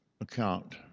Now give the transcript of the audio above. account